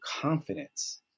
confidence